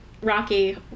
rocky